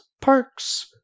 Parks